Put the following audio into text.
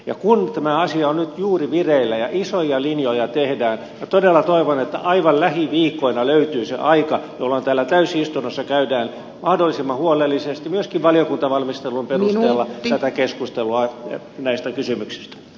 ja kun tämä asia on nyt juuri vireillä ja isoja linjoja tehdään minä todella toivon että aivan lähiviikkoina löytyy se aika jolloin täällä täysistunnossa käydään mahdollisimman huolellisesti myöskin valiokuntavalmistelun perusteella tätä keskustelua näistä kysymyksistä